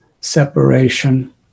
separation